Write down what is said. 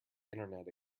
internet